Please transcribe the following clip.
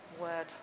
word